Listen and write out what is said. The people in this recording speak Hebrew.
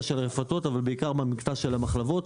הרפתות אבל בעיקר במקטע של המחלבות.